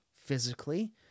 Physically